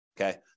okay